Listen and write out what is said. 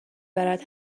برد